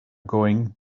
going